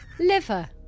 Liver